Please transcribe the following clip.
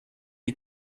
die